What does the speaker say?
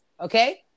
Okay